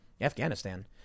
Afghanistan